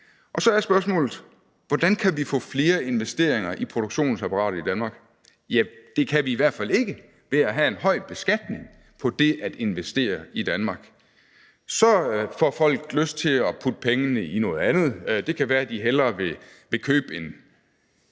i. Så er spørgsmålet: Hvordan kan vi få flere investeringer i produktionsapparatet i Danmark? Ja, det kan vi i hvert fald ikke ved at have en høj beskatning på det at investere i Danmark. Så får folk lyst til at putte pengene i noget andet. Det kan være, at de hellere vil købe en